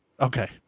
Okay